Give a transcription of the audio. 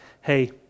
hey